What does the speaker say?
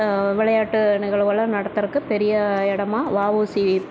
விளையாட்டு நிகழ்வுகள்லாம் நடத்துறதுக்கு பெரிய இடமா வஉசி